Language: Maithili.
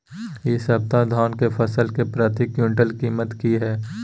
इ सप्ताह धान के फसल के प्रति क्विंटल कीमत की हय?